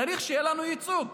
צריך שיהיה לנו ייצוג.